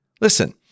Listen